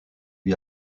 lui